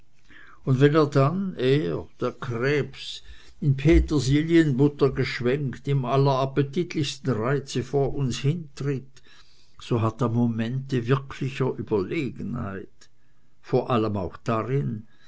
und wenn er dann er der krebs in petersilienbutter geschwenkt im allerappetitlichsten reize vor uns hintritt so hat er momente wirklicher überlegenheit vor allem auch darin